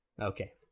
Okay